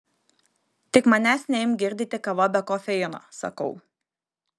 tik manęs neimk girdyti kava be kofeino sakau